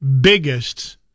biggest